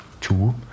two